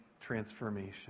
transformation